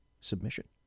Submission